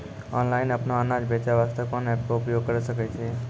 Online अपनो अनाज बेचे वास्ते कोंन एप्प के उपयोग करें सकय छियै?